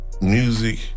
music